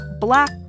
black